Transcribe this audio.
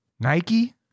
Nike